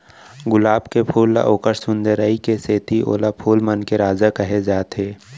गुलाब के फूल ल ओकर सुंदरई के सेती ओला फूल मन के राजा कहे जाथे